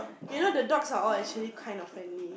you know the dogs are all actually kind of friendly